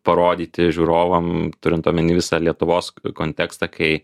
parodyti žiūrovam turint omeny visą lietuvos kontekstą kai